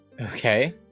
Okay